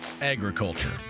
agriculture